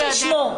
אותן.